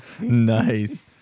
Nice